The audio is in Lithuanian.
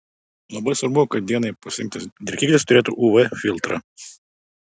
labai svarbu kad dienai pasirinktas drėkiklis turėtų uv filtrą